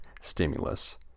stimulus